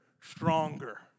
stronger